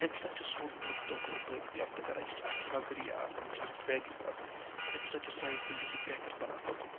اَمہِ سۭتۍ چھُ سون مُلُک دۄہ کھۄتہٕ دۄہ تعلیٖم یافتہٕ کَران یہِ چھِ اَکھ نَظری آسان یہِ چھِ اَکھ ویلیوٗ آسان اَمہِ سۭتۍ چھِ سانہِ زِندگی بہتر بَنان دۄہ کھۄتہٕ دۄہ